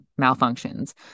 malfunctions